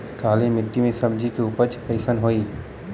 काली मिट्टी में सब्जी के उपज कइसन होई?